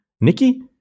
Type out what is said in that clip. Nikki